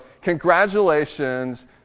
congratulations